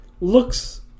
Looks